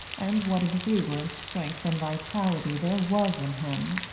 and what exuberant strength and vitality there was in him!